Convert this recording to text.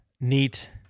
neat